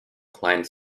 client